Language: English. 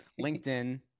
LinkedIn